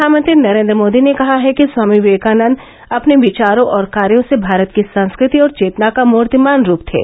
प्रधानमंत्री नरेन्द्र मोदी ने कहा है कि स्वानी विवेकानद अपने विचारों और कार्यो से भारत की संस्कृति और चेतना का मूर्तिमान रूप थे